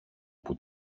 που